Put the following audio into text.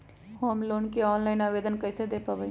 Home loan के online आवेदन कैसे दें पवई?